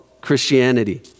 Christianity